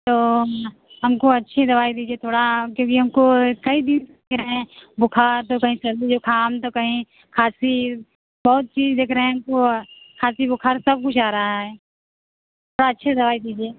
तो हमको अच्छी दवाई दीजिए थोड़ा क्योंकि हमको कई दिन से है बुखार तो कहीं सर्दी ज़ुकाम तो कहीं खाँसी बहुत चीज़ देख रहें हमको खाँसी बुखार कुछ आ रहा है थोड़ा अच्छी दवाई दीजिए